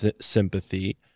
sympathy